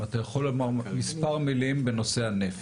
אם אתה יכול לומר מספר מילים בנושא הנפט.